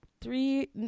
three